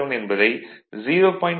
07 என்பதை 0